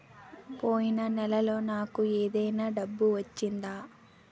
పోయిన నెలలో నాకు ఏదైనా డబ్బు వచ్చిందా?